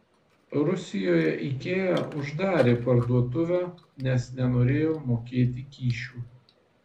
rusijoje ikea uždarė parduotuvę nes nenorėjo mokėti kyšių